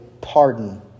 pardon